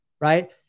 right